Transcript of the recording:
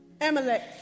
Amalek